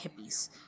hippies